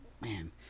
man